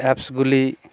অ্যাপসগুলি